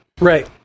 Right